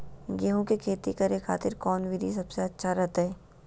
गेहूं के खेती करे खातिर कौन विधि सबसे अच्छा रहतय?